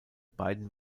beiden